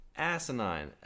asinine